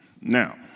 Now